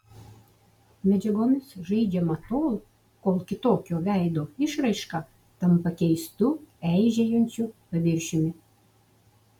medžiagomis žaidžiama tol kol kitokio veido išraiška tampa keistu eižėjančiu paviršiumi